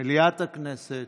מליאת הכנסת,